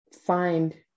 find